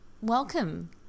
Welcome